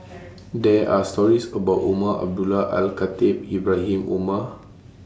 There Are stories about Umar Abdullah Al Khatib Ibrahim Omar